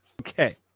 okay